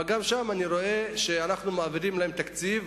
כלומר גם שם אני רואה שאנו מעבירים להם תקציב,